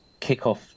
kickoff